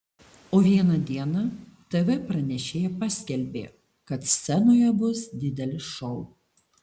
o vieną dieną tv pranešėja paskelbė kad scenoje bus didelis šou